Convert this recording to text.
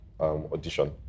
audition